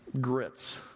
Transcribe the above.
grits